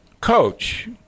Coach